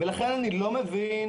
לכן איני מבין,